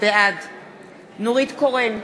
בעד נורית קורן,